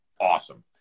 awesome